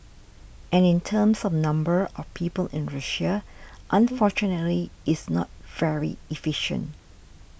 and in terms of number of people in Russia unfortunately it's not very efficient